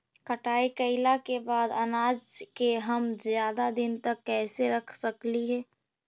कटाई कैला के बाद अनाज के हम ज्यादा दिन तक कैसे रख सकली हे?